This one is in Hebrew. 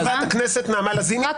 חברת הכנסת נעמה לזימי, די.